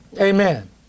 Amen